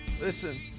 Listen